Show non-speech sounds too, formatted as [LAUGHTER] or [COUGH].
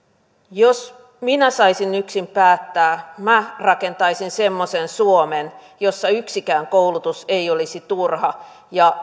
jos minä saisin yksin päättää minä rakentaisin semmoisen suomen jossa yksikään koulutus ei olisi turha ja [UNINTELLIGIBLE]